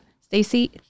Stacey